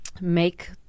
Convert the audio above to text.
make